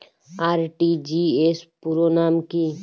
RTGS পুরো নাম কি?